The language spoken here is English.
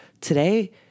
Today